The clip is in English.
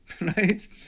Right